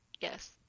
Yes